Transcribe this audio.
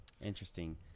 Interesting